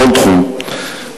בכל תחום,